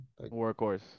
workhorse